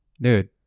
dude